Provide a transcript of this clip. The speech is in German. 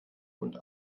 und